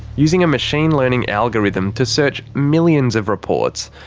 using a machine-learning algorithm to search millions of reports,